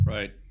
Right